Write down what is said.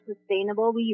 sustainable